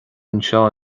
anseo